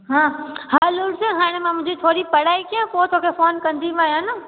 हा हाल ऊर्जा हाणे मां मुंहिंजी थोरी पढ़ाई कयां पोइ तोखे फोन कंदी मए हन